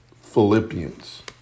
Philippians